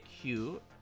cute